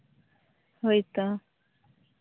ᱦᱳᱭ ᱛᱚ